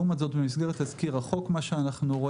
לעומת זאת, אנחנו רואים